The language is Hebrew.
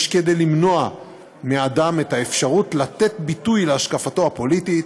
יש כדי למנוע מאדם את האפשרות לתת ביטוי להשקפתו הפוליטית,